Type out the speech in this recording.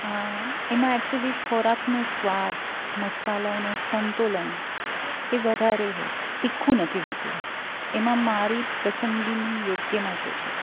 આ એમાં એક્ચુઅલ્લી ખોરાકનો સ્વાદ મસાલાનું સંતુલન એ વધારે હોય તીખું નથી હોતું એમાં મારી પસંદગીની યોગ્ય માટે છે